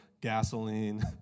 gasoline